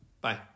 Bye